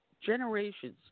generations